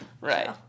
Right